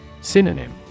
Synonym